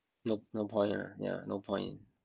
no no point right ya no point